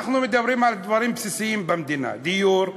אנחנו מדברים על דברים בסיסיים במדינה: דיור,